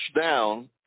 down